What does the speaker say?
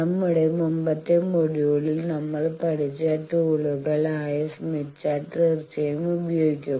നമ്മളുടെ മുമ്പത്തെ മൊഡ്യൂളിൽ നമ്മൾ പഠിച്ച ടൂളുകൾ ആയ സ്മിത്ത് ചാർട്ട് തീർച്ചയായും ഉപയോഗിക്കും